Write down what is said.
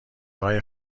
های